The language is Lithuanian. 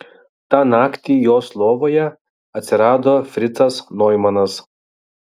tą naktį jos lovoje atsirado fricas noimanas